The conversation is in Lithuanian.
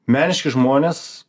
meniški žmonės